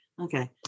Okay